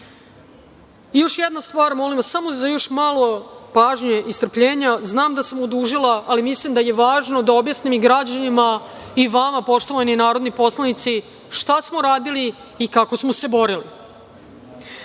jedna stvar, molim vas za još malo pažnje i strpljenja, znam da sam odužila, ali mislim da je važno da objasnim i građanima i vama poštovani narodni poslanici, šta smo radili i kako smo se